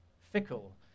fickle